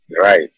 right